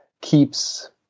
keeps